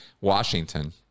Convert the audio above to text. Washington